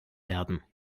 werden